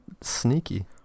sneaky